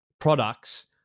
products